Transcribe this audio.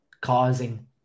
causing